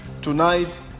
Tonight